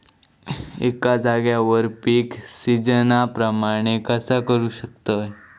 एका जाग्यार पीक सिजना प्रमाणे कसा करुक शकतय?